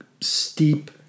steep